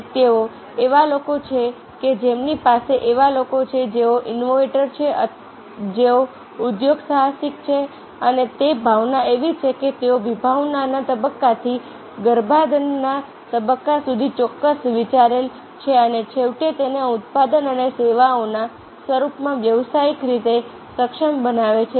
અને તેઓ એવા લોકો છે કે જેમની પાસે એવા લોકો છે જેઓ ઇનોવેટર છે જેઓ ઉદ્યોગસાહસિક છે અને તે ભાવના એવી છે કે તેઓ વિભાવનાના તબક્કાથી ગર્ભાધાનના તબક્કા સુધી ચોક્કસ વિચાર લે છે અને છેવટે તેને ઉત્પાદન અને સેવાઓના સ્વરૂપમાં વ્યવસાયિક રીતે સક્ષમ બનાવે છે